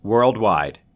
Worldwide